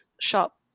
shop